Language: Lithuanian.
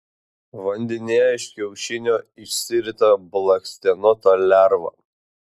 vandenyje iš kiaušinio išsirita blakstienota lerva